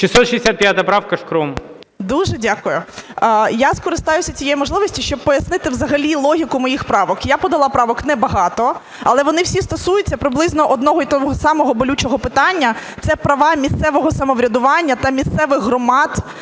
ШКРУМ А.І. Дуже дякую. Я скористаюся цією можливістю, щоб пояснити взагалі логіку моїх правок. Я подала правок небагато, але вони всі стосуються приблизно одного і того самого болючого питання – це права місцевого самоврядування та місцевих громад